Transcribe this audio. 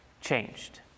changed